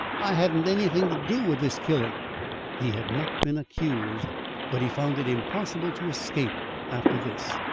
i hadn't anything to do with this killing he had not been accused but he found it impossible to escape after this,